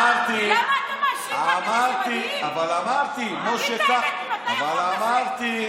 אבל אנחנו הצבענו לך גם כשהיינו בקואליציה ביחד.